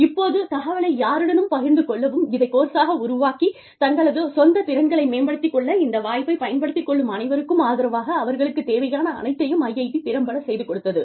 இப்போது தகவலை யாருடனும் பகிர்ந்து கொள்ளவும் இதை கோர்ஸாக உருவாக்கி தங்களது சொந்த திறன்களை மேம்படுத்திக் கொள்ள இந்த வாய்ப்பை பயன்படுத்திக் கொள்ளும் அனைவருக்கும் ஆதரவாக அவர்களுக்குத் தேவையான அனைத்தையும் IIT திறம்படச் செய்து கொடுத்தது